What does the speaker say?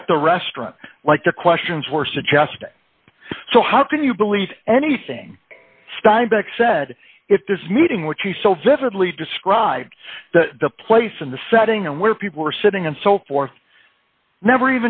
at the restaurant like the questions were suggesting so how can you believe anything steinbeck said if this meeting which he so vividly described the place in the setting and where people were sitting and so forth never